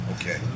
Okay